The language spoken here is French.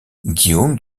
guillaume